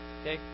okay